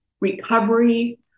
recovery